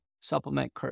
supplement